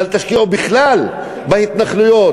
אל תשקיעו בכלל בהתנחלויות,